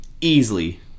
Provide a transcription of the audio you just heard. easily